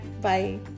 Bye